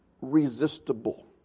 resistible